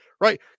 Right